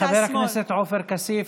חבר הכנסת עופר כסיף.